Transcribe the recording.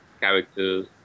characters